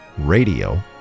radio